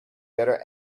better